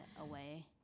away